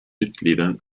mitgliedern